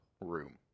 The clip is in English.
room